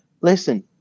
Listen